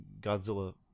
Godzilla